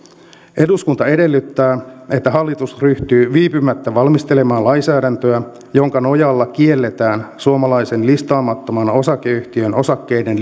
eduskunta edellyttää että hallitus ryhtyy viipymättä valmistelemaan lainsäädäntöä jonka nojalla kielletään suomalaisen listaamattoman osakeyhtiön osakkeiden